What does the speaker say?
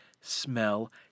smell